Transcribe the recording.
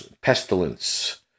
pestilence